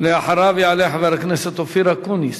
אחריו יעלה חבר הכנסת אופיר אקוניס.